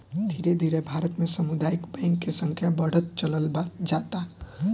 धीरे धीरे भारत में सामुदायिक बैंक के संख्या बढ़त चलल जाता